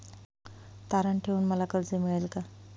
तारण ठेवून मला कर्ज मिळेल का?